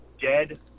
dead